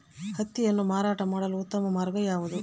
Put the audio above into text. ಹತ್ತಿಯನ್ನು ಮಾರಾಟ ಮಾಡಲು ಉತ್ತಮ ಮಾರ್ಗ ಯಾವುದು?